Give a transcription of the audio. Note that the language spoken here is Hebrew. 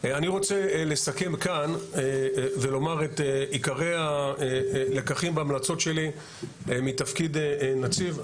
אני רוצה לסכם כאן ולומר את עיקרי הלקחים וההמלצות שלי מתפקיד נציב.